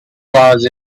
was